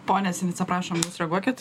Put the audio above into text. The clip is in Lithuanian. pone sinica prašom reaguokit